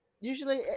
usually